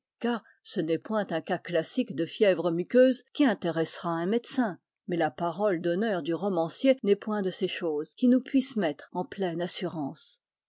car ce n'est point un cas classique de fièvre muqueuse qui intéressera un médecin mais la parole d'honneur du romancier n'est point de ces choses qui nous puissent mettre en pleine assurance